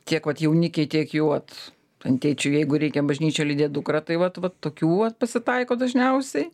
tiek vat jaunikiai tiek jau vat ten tėčiui jeigu reikia bažnyčioj lydėt dukrą tai vat vat tokių va pasitaiko dažniausiai